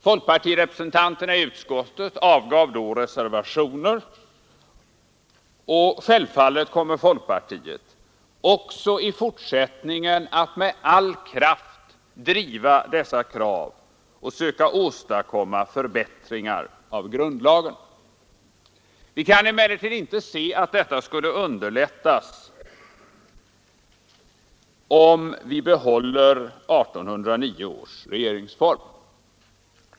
Folkpartirepreséntanterna i utskottet avgav då reservationer, och självfallet kommer folkpartiet också i fortsättningen att med all kraft driva dessa krav och söka åstadkomma förbättringar av grundlagen. Vi kan emellertid inte se att dessa skulle underlättas om vi behåller 1809 års regeringsform.